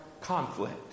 conflict